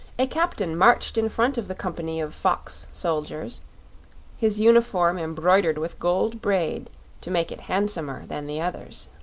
a captain marched in front of the company of fox-soldiers, his uniform embroidered with gold braid to make it handsomer than the others.